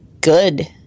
good